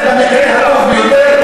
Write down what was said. אתה מחוץ לנתיב הזה במקרה הטוב ביותר,